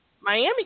Miami